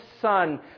Son